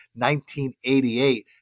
1988